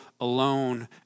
alone